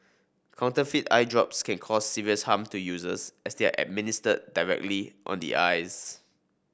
counterfeit eye drops can cause serious harm to users as they are administered directly on the eyes